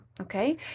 okay